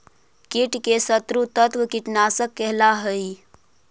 कीट के शत्रु तत्व कीटनाशक कहला हई